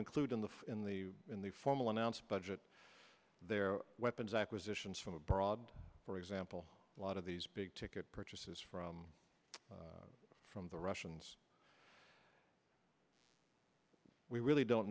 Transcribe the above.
include in the in the in the formal announce budget their weapons acquisitions from abroad for example a lot of these big ticket purchases from from the russians we really don't